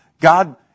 God